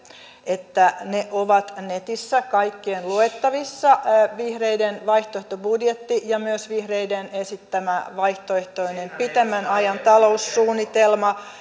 että ne ovat netissä kaikkien luettavissa vihreiden vaihtoehtobudjetti ja myös vihreiden esittämä vaihtoehtoinen pitemmän ajan taloussuunnitelma